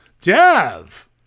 Dev